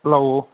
hello